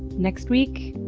next week,